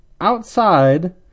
outside